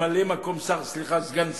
ממלא-מקום שר, סליחה סגן שר.